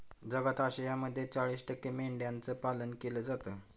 जगात आशियामध्ये चाळीस टक्के मेंढ्यांचं पालन केलं जातं